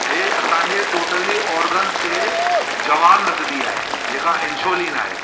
हे असांजे totally organs खे जवान रखंदी आहे जेका इंसोलिन आहे